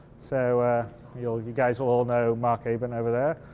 so you'll, you guys will all know mark abent over there.